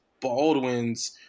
Baldwin's